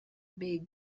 big